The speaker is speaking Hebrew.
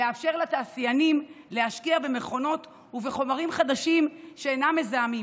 לאפשר לתעשיינים להשקיע במכונות ובחומרים חדשים שאינם מזהמים.